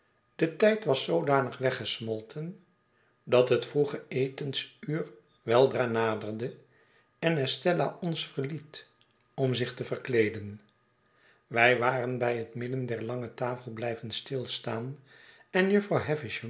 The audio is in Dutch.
de tijd was zoodanig weggesmolten dat het vroege etensuur weldra naderde en estella ons verliet om zich te verkleeden wij waren bij het midden der lange tafel blijven stilstaan en jufvrouw